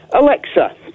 Alexa